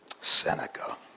Seneca